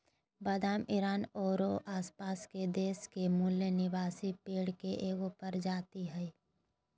बादाम ईरान औरो आसपास के देश के मूल निवासी पेड़ के एगो प्रजाति हइ